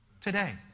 Today